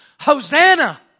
Hosanna